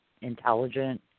intelligent